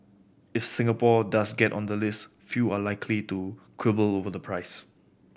if Singapore does get on the list few are likely to quibble over the price